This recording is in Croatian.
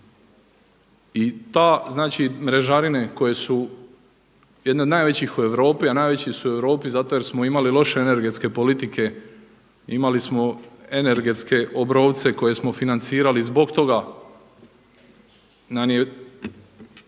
I ta, znači mrežarine koje su jedne od najvećih u Europi, a najveći su u Europi zato jer smo imali loše energetske politike. Imali smo energetske Obrovce koje smo financirali. Zbog toga nam je